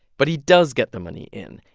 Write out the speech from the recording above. but he does get the money in.